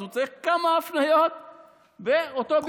אז צריך כמה הפניות באותו ביקור.